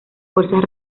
fuerzas